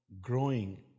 growing